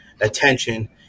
attention